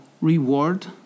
reward